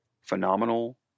phenomenal